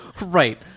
right